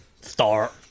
Start